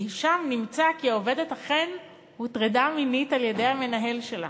שם נמצא כי העובדת אכן הוטרדה מינית על-ידי המנהל שלה.